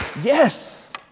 yes